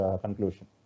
conclusion